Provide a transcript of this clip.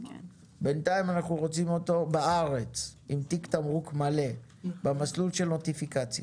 בינתיים אנחנו רוצים אותו בארץ עם תיק תמרוק מלא במסלול של נוטיפיקציה.